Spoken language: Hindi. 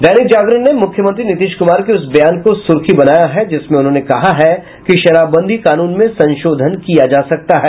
दैनिक जागरण ने मुख्यमंत्री नीतीश कुमार के उस बयान को सुर्खी बनाया है जिसमें उन्होंने कहा है कि शराबबंदी कानून में संशोधन किया जा सकता है